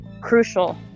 crucial